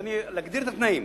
אגדיר את התנאים.